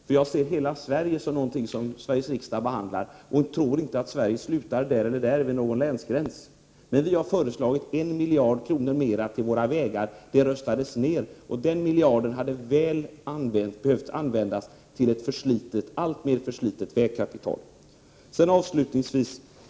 Jag ser nämligen hela Sverige som något som Sveriges riksdag behandlar och tror inte att Sverige slutar vid den ena eller andra länsgränsen. Vi har föreslagit 1 miljard kronor ytterligare till våra vägar. Det förslaget röstades ned. Den miljarden hade väl behövt användas till ett allt mer förslitet vägkapital.